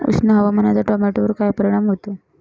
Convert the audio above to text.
उष्ण हवामानाचा टोमॅटोवर काय परिणाम होतो?